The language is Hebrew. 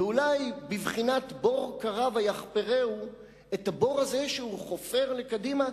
ואולי בבחינת "בור כרה ויחפרהו" הבור הזה שהוא חופר לקדימה,